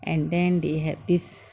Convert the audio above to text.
and then they had this